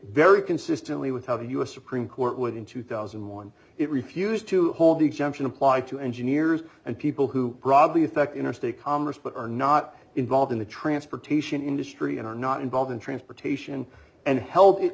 very consistently with how the u s supreme court would in two thousand and one it refused to hold the exemption apply to engineers and people who probably affect interstate commerce but are not involved in the transportation industry and are not involved in transportation and hel